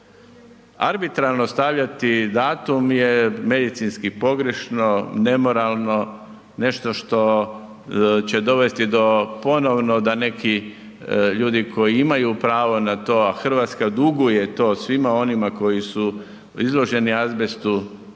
Arbitralno stavljati datum je medicinski pogrešno, nemoralno, nešto što će dovesti do ponovno da neki ljudi koji imaju pravo na to, a RH duguje to svima onima koji su izloženi azbestu